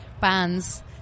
bands